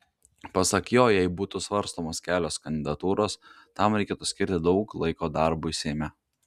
pasak jo jei būtų svarstomos kelios kandidatūros tam reikėtų skirti daug laiko darbui seime